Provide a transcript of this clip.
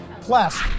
plus